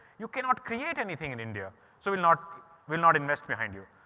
you cannot create anything in india, so will not will not invest behind you.